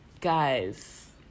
guys